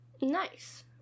Nice